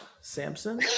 Samson